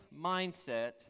mindset